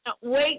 Wait